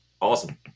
Awesome